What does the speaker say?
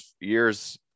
years